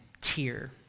tier